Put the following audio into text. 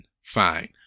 fine